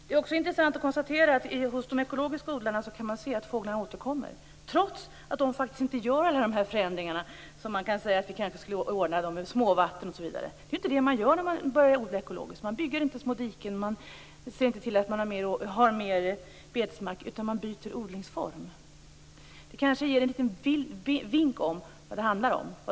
Det är intressant att konstatera att fåglarna återkommer hos de ekologiska odlarna, trots att de faktiskt inte gör alla de förändringar vi talar om att ordna, med småvatten osv. Det är inte det man gör när man börjar att odla ekologiskt. Man gräver inte små diken eller ser till att man har mer betesmark, utan man byter odlingsform. Detta kanske ger en liten vink om vad det handlar om.